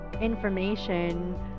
information